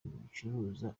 bicuruza